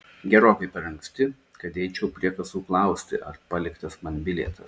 gerokai per anksti kad eičiau prie kasų klausti ar paliktas man bilietas